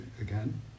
again